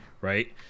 right